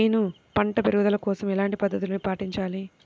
నేను పంట పెరుగుదల కోసం ఎలాంటి పద్దతులను పాటించాలి?